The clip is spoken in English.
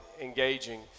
engaging